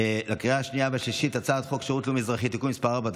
בקריאה השנייה והשלישית על הצעת חוק שירות לאומי-אזרחי (תיקון מס' 4),